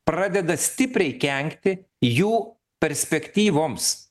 pradeda stipriai kenkti jų perspektyvoms